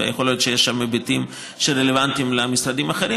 ויכול להיות שיש שם היבטים שהם רלוונטיים למשרדים האחרים,